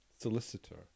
solicitor